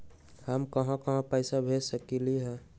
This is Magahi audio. हम कहां कहां पैसा भेज सकली ह?